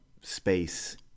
space